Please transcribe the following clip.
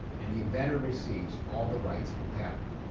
and the inventor receives all the rights of a patent.